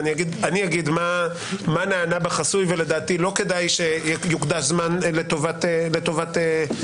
ואני אגיד מה נענה בחסוי לדעתי לא כדאי שיוקדש זמן לטובת הבהרה